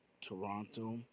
Toronto